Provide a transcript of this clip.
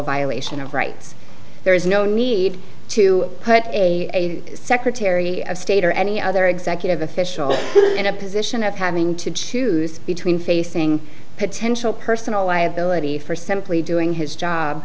violation of rights there is no need to put a secretary of state or any other executive official in a position of having to choose between facing potential personal liability for simply doing his job